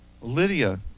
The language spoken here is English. Lydia